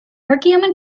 perkiomen